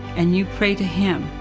and you pray to him,